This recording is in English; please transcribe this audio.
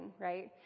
right